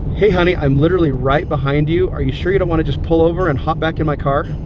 hey honey, i'm literally right behind you. are you sure you don't want to just pull over and hop back in my car?